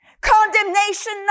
condemnation